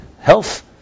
Health